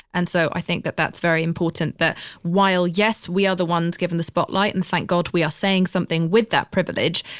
and so i think that that's very important, that while, yes, we are the ones given the spotlight. and thank god we are saying something with that privilege.